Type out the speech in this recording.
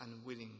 unwilling